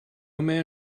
man